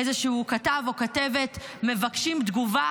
איזשהו כתב או כתבת מבקשים תגובה,